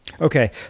Okay